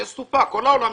כל העולם משתנה,